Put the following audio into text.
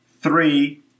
three